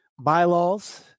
bylaws